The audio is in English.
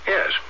Yes